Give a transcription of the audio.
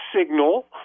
signal